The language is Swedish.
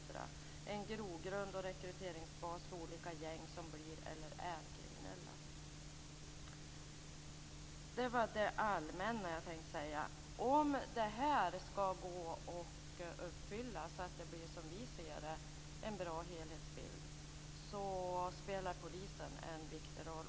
är en grogrund och rekryteringsbas för olika gäng som blir eller är kriminella." Det var det allmänna jag tänkte säga. Om det här skall gå att uppfylla så att det blir en bra helhetsbild spelar polisen en viktig roll.